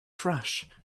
crush